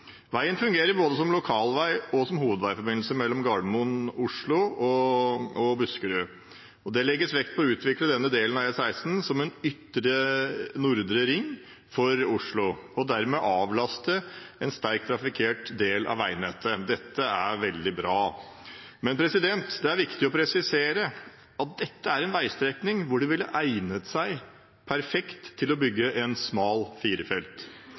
Veien fungerer både som lokalvei og som hovedveiforbindelse mellom Gardermoen/Oslo nord og Buskerud. Det legges vekt på å utvikle denne delen av E16 som en ytre ring nord for Oslo og dermed avlaste en sterkt trafikkert del av veinettet. Dette er veldig bra. Det er viktig å presisere at dette er en veistrekning som ville egnet seg perfekt til å bygge en smal